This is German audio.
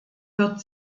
wird